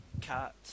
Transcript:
cat